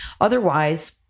otherwise